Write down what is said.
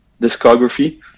discography